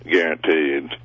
Guaranteed